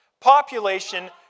Population